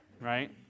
right